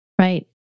Right